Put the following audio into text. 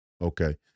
Okay